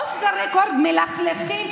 אוף-דה-רקורד מלכלכים,